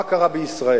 מה קרה בישראל?